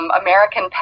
American